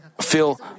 feel